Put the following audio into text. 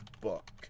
book